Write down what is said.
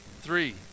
three